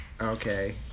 Okay